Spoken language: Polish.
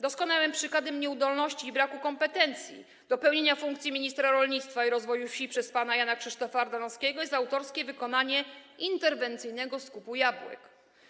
Doskonałym przykładem nieudolności i braku kompetencji do pełnienia funkcji ministra rolnictwa i rozwoju wsi przez pana Jana Krzysztofa Ardanowskiego jest autorskie wykonanie interwencyjnego skupu jabłek.